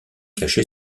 caché